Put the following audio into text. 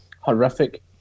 horrific